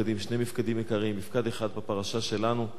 בשני מפקדים עיקריים: מפקד אחד בפרשה שלנו,